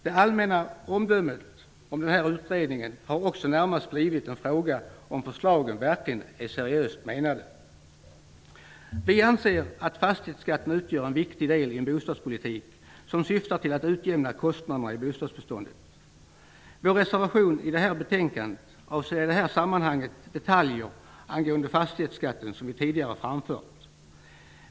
Det allmänna omdömet om utredningen har också närmast blivit en fråga om förslagen verkligen är seriöst menade. Vi anser att fastighetsskatten utgör en viktig del i en bostadspolitik som syftar till att utjämna kostnaderna i bostadsbeståndet. Vår reservation till betänkandet avser i det här sammanhanget detaljer angående fastighetsskatten som vi tidigare framfört.